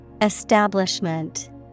Establishment